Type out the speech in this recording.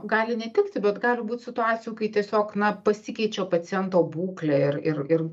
gali netikti bet gali būt situacijų kai tiesiog na pasikeičia paciento būklė ir ir ir